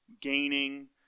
gaining